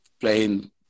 playing